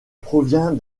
provient